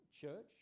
church